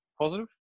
positive